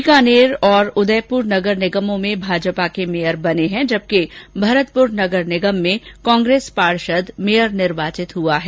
बीकानेर और उदयपुर नगर निगमों में भाजपा के मेयर बने हैं जबकि भरतपुर नगर निगम में कांग्रेस पार्षद मेयर निर्वाचित हुआ है